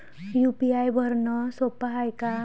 UPI भरनं सोप हाय का?